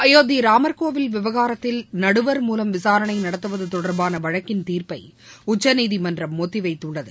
அயோத்தி ராமர்கோவில் விவகாரத்தை நடுவர் மூவம் விசாரணை நடத்துவது தொடர்பான வழக்கின் தீர்ப்பை உச்சநீதிமன்றம் ஒத்திவைத்துள்ளது